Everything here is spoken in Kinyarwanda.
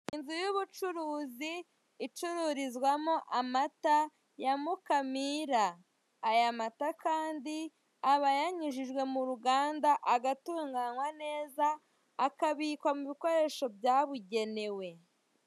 Inzu y'ubucruzi icururizwamo amata ya Mukamira, aya mata kandi aba yanyujijwe mu ruganda agatunganywa neza akabikwa mu bikoresho byabugenewe.